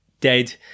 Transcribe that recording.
dead